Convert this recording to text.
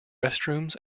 restrooms